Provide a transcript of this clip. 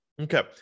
okay